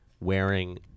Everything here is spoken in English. wearing